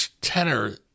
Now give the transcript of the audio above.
tenor